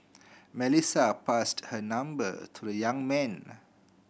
Melissa passed her number to the young man